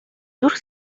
зүрх